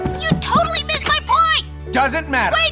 you totally missed my point! doesn't matter! like